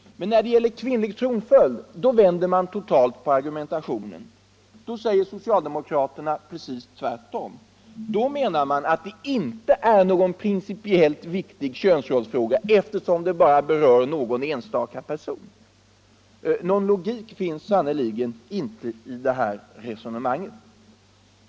Men när det gäller kvinnlig tronföljd vänder man totalt på argumentationen. Då säger socialdemokraterna precis tvärtom. Då menar de att det inte är någon principiellt viktig fråga, eftersom den bara berör någon enstaka person! Någon logik finns sannerligen inte i det resonemanget!